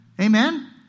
Amen